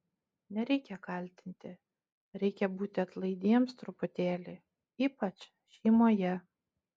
nereikia kaltinti reikia būti atlaidiems truputėlį ypač šeimoje